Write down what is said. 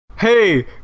Hey